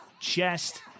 chest